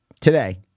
today